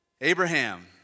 Abraham